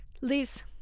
Liz